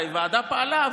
הרי הוועדה פעלה,